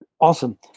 Awesome